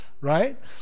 right